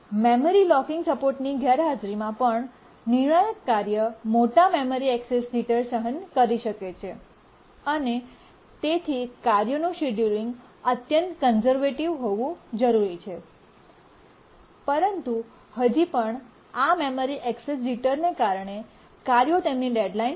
memory locking સપોર્ટની ગેરહાજરીમાં પણ નિર્ણાયક કાર્ય મોટી મેમરી ઍક્સેસ જીટરને સહન કરી શકે છે અને તેથી ક્રિયાઓનું શેડ્યૂલિંગ અત્યંત કન્સર્વટિવ હોવું જરૂરી છે પરંતુ હજી પણ આ મેમરી ઍક્સેસ જીટરને કારણે કાર્યો તેમની ડેડ્લાઇન ચૂકી શકે છે